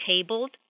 tabled